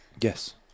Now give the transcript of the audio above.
yes